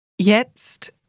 Jetzt